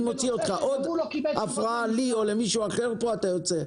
אם תהיה עוד הפרעה לי או למישהו אחר פה אוציא אותך.